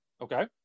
Okay